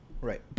Right